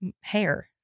Hair